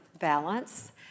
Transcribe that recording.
balance